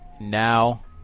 now